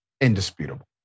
indisputable